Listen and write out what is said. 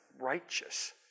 righteous